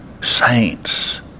saints